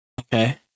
Okay